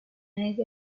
desde